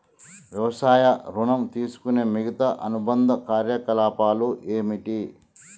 వ్యవసాయ ఋణం తీసుకునే మిగితా అనుబంధ కార్యకలాపాలు ఏమిటి?